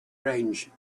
range